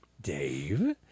Dave